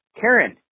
Karen